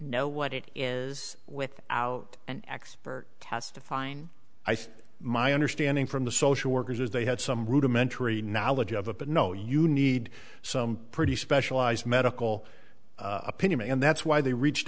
know what it is with out an expert testifying i think my understanding from the social workers is they had some rudimentary knowledge of it but no you need some pretty specialized medical opinion and that's why they reached